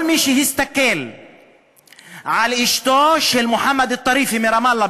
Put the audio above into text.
כל מי שהסתכל על אשתו של מוחמד א-טריפי מרמאללה,